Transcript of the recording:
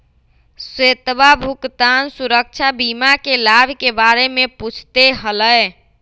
श्वेतवा भुगतान सुरक्षा बीमा के लाभ के बारे में पूछते हलय